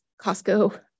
Costco